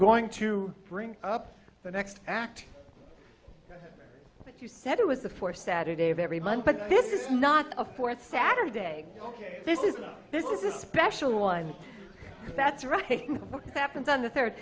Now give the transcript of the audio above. going to bring up the next act but you said it was the four saturday of every month but this is not a fourth saturday this is a this is a special one that's right happens on the third